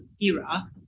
era